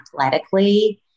athletically